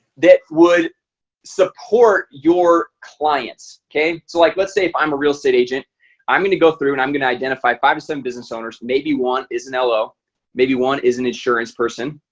that would support your clients. okay. so like let's say i'm a real estate agent i'm gonna go through and i'm gonna identify five to seven business owners. maybe one is nello maybe one is an insurance person.